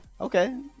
Okay